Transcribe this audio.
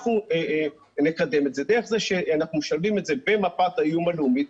אנחנו נקדם את זה דרך זה שאנחנו משלבים את זה במפת האיום הלאומית,